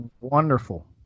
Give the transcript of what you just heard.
wonderful